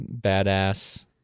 Badass